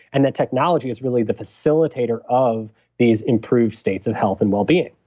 and that technology is really the facilitator of these improved states of health and wellbeing